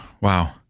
Wow